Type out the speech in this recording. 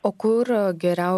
o kur geriau